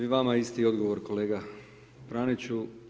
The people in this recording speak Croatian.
I vama isti odgovor kolega Praniću.